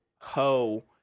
Ho